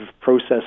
process